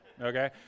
okay